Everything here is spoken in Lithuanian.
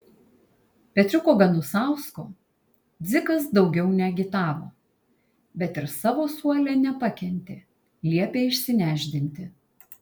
petriuko ganusausko dzikas daugiau neagitavo bet ir savo suole nepakentė liepė išsinešdinti